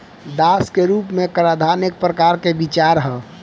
दास के रूप में कराधान एक प्रकार के विचार ह